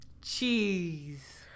Cheese